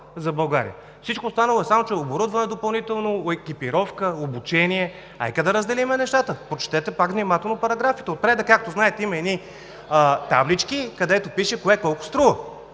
за България. Всичко останало е оборудване допълнително, екипировка, обучение. Нека да разделим нещата. Прочетете пак внимателно параграфите. Отпред, както знаете, има едни таблички, където пише кое колко струва.